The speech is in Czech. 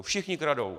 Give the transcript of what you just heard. Všichni kradou!